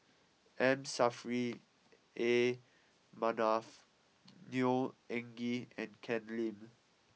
M Saffri A Manaf Neo Anngee and Ken Lim